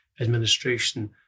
administration